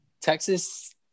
texas